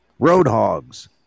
Roadhogs